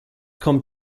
kommt